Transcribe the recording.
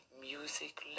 music